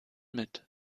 mit